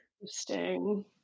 interesting